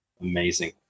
Amazing